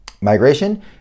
migration